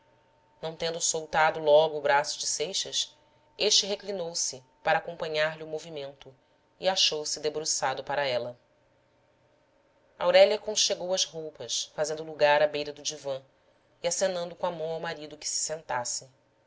não tendo soltado logo o braço de seixas este reclinou-se para acompanhar lhe o movimento e achou-se debruçado para ela aurélia conchegou as roupas fazendo lugar à beira do divã e acenando com a mão ao marido que se sentasse